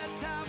time